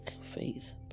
faith